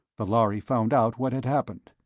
the lhari found out what had happened.